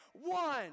one